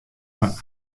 fan